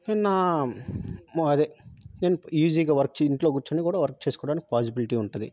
నేను నా అదే నేను ఈజీగా వర్క్ చే ఇంట్లోకూర్చోని కూడా వర్క్ చేసుకోవడానికి పాజిబిలిటీ ఉంటుంది